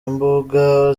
imbuga